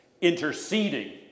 Interceding